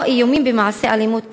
או איומים במעשי אלימות כאלה.